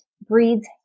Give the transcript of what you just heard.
breeds